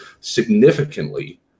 significantly